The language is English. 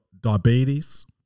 diabetes